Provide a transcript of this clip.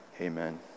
Amen